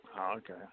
Okay